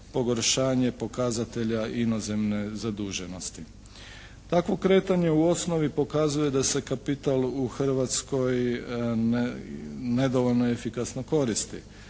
pogoršanje pokazatelja inozemne zaduženosti. Takvo kretanje u osnovi pokazuje da se kapital u Hrvatskoj nedovoljno efikasno koristi.